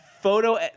photo